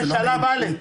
זה שלב א'.